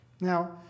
Now